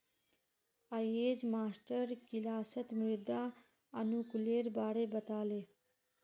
अयेज मास्टर किलासत मृदा अनुकूलेर बारे बता ले